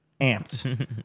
amped